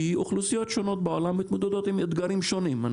כי אוכלוסיות שונות בעולם מתמודדות עם אתגרים שונים.